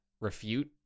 refute